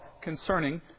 concerning